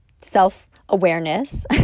self-awareness